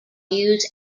use